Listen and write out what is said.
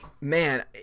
man